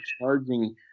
charging